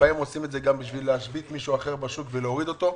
לפעמים גם עושים את זה כדי להשבית מישהו אחר בשוק ולהוריד אותו.